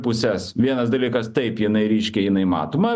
puses vienas dalykas taip jinai ryški jinai matoma